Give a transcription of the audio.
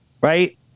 right